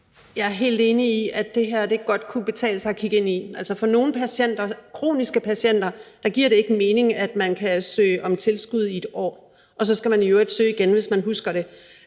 Jeg er helt enig i, at det godt kunne betale sig at kigge ind i det her. Altså, for nogle kroniske patienter giver det ikke mening, at man kan søge om tilskud for 1 år – og så skal man i øvrigt søge igen, hvis man husker det.